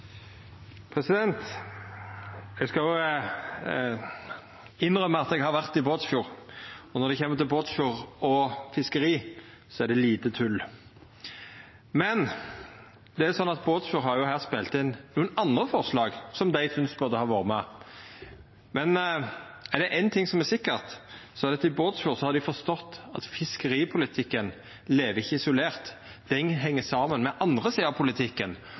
og får ordet til en kort merknad, begrenset til 1 minutt. Eg skal innrømma at eg har vore i Båtsfjord, og når det gjeld Båtsfjord og fiskeri, då er det lite tull. Båtsfjord har her spelt inn nokre andre forslag som dei synest burde ha vore med, men er det ein ting som er sikkert, er det at i Båtsfjord har dei forstått at fiskeripolitikken ikkje lever isolert – han heng saman med andre sider av politikken.